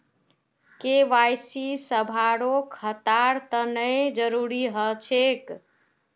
KYC सभारो खातार तने जरुरी ह छेक